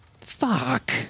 Fuck